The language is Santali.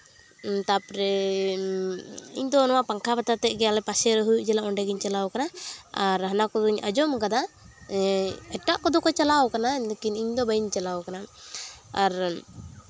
ᱛᱟᱨᱯᱚᱨᱮ ᱤᱧᱫᱚ ᱱᱚᱣᱟ ᱯᱟᱝᱠᱷᱟ ᱯᱟᱛᱟ ᱛᱮᱫᱜᱮ ᱟᱞᱮ ᱯᱟᱥᱮᱨᱮ ᱦᱩᱭᱩᱜ ᱡᱮᱱᱚ ᱚᱸᱰᱮ ᱜᱤᱧ ᱪᱟᱞᱟᱣ ᱟᱠᱟᱱᱟ ᱟᱨ ᱦᱟᱱᱟ ᱠᱚᱫᱚᱧ ᱟᱸᱡᱚᱢ ᱟᱠᱟᱫᱟ ᱮᱴᱟᱜ ᱠᱚᱫᱚ ᱠᱚ ᱪᱟᱞᱟᱣ ᱟᱠᱟᱱᱟ ᱞᱮᱠᱤᱱ ᱤᱧᱫᱚ ᱵᱟᱹᱧ ᱪᱟᱞᱟᱣ ᱠᱟᱱᱟ ᱟᱨ